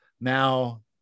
now